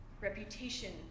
reputation